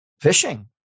fishing